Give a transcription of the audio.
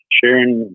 Sharing